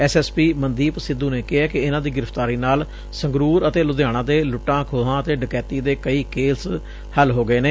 S S P Mandeep Sidhu ਨੇ ਕਿਹੈ ਕਿ ਇਨੂਾ ਦੀ ਗ੍ਰਿਫ਼ਤਾਰੀ ਨਾਲ ਸੰਗਰੂਰ ਅਤੇ ਲੁਧਿਆਣਾ ਦੇ ਲੁਟਾ ਖੋਹਾ ਅਤੇ ਡਕੈਤੀ ਦੇ ਕਈ ਕੇਸ ਹੱਲ ਹੋ ਗਏ ਨੇ